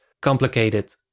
complicated